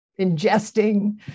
ingesting